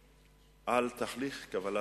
הממשלה.